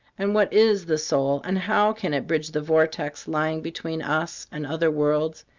and what is the soul, and how can it bridge the vortex lying between us and other worlds,